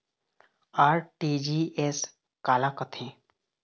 RTGS काला कथें?